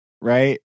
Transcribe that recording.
right